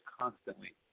constantly